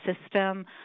system